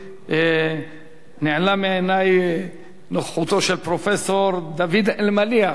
נעלמה מעיני נוכחותו של פרופסור דוד אלמליח,